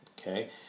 okay